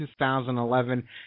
2011